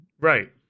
Right